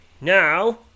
now